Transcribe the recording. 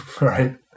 right